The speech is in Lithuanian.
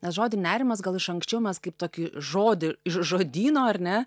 nes žodį nerimas gal iš anksčiau mes kaip tokį žodį iš žodyno ar ne